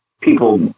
people